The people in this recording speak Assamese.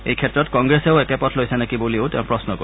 এই ক্ষেত্ৰত কংগ্ৰেছেও একেপথ লৈছে নেকি বুলিও তেওঁ প্ৰশ্ন কৰে